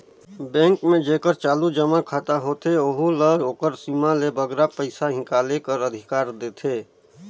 bank में जेकर चालू जमा खाता होथे ओहू ल ओकर सीमा ले बगरा पइसा हिंकाले कर अधिकार देथे